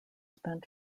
spent